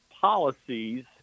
policies